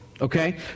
Okay